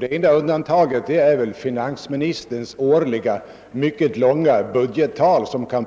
Enda undantaget är väl finansministerns årliga mycket långa budgettal i det engelska underhuset.